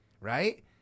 right